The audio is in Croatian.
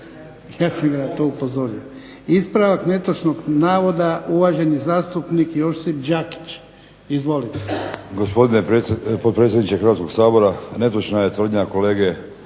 Ja sam ga na to upozorio. Ispravak netočnog navoda. Uvaženi zastupnik Josip Đakić, izvolite. **Đakić, Josip (HDZ)** Gospodine potpredsjedniče Hrvatskoga sabora. Netočna je tvrdnja kolege